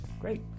great